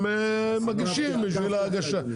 מגישים בשביל ההגשה.